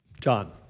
John